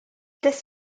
this